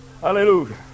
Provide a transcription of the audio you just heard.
Hallelujah